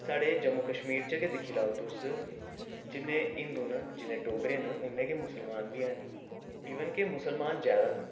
साढ़े जम्मू कश्मीर च गै दिक्खी लैओ तुस जिन्ने हिंदू न जिन्ने डोगरे न उन्ने गै मुस्लमान बी हैन इवन के मुस्लमान जैदा न